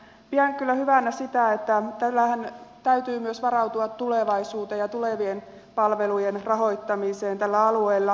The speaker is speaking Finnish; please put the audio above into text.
pidän kyllä hyvänä sitä että tällähän täytyy myös varautua tulevaisuuteen ja tulevien palvelujen rahoittamiseen tällä alueella